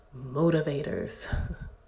motivators